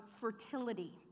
fertility